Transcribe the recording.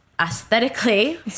aesthetically